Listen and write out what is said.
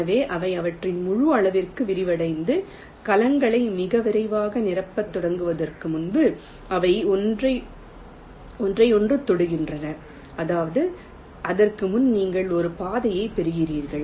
எனவே அவை அவற்றின் முழு அளவிற்கு விரிவடைந்து கலங்களை மிக விரைவாக நிரப்பத் தொடங்குவதற்கு முன்பு அவை ஒன்றையொன்று தொடுகின்றன அதாவது அதற்கு முன் நீங்கள் ஒரு பாதையைப் பெறுகிறீர்கள்